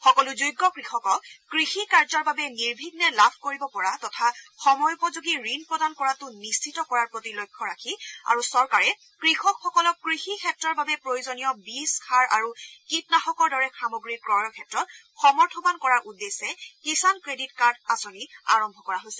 সকলো যোগ্য কৃষকক কৃষি কাৰ্যৰ বাবে নিৰ্বিঘ্নে লাভ কৰিব পৰা তথা সময়োপযোগী ঋণ প্ৰদান কৰাটো নিশ্চিত কৰাৰ প্ৰতি লক্ষ্য ৰাখি আৰু চৰকাৰে কৃষকসকলক কৃষি ক্ষেত্ৰৰ বাবে প্ৰয়োজনীয় বীজ সাৰ আৰু কীটনাশকৰ দৰে সামগ্ৰী ক্ৰয়ৰ ক্ষেত্ৰত সমৰ্থবান কৰাৰ উদ্দেশ্যে কিষাণ ক্ৰেডিট কাৰ্ড আঁচনি আৰম্ভ কৰা হৈছে